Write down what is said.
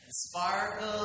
sparkle